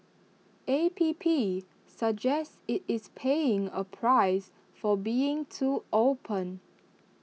A P P suggests IT is paying A price for being too open